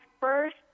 first